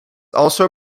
also